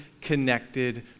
connected